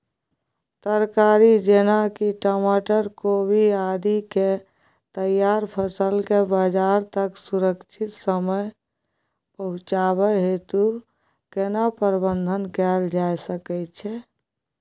तरकारी जेना की टमाटर, कोबी आदि के तैयार फसल के बाजार तक सुरक्षित समय पहुँचाबै हेतु केना प्रबंधन कैल जा सकै छै?